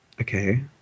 Okay